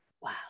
Wow